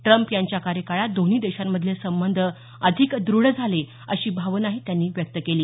Trump यांच्या कार्यकाळात दोन्ही देशांमधले संबंध अधिक द्रढ झाले अशी भावनाही त्यांनी व्यक्त केली